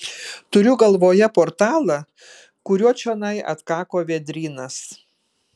turiu galvoje portalą kuriuo čionai atkako vėdrynas